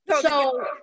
So-